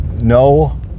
no